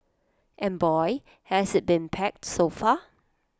and boy has IT been packed so far